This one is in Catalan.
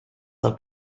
del